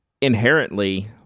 Inherently